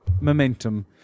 momentum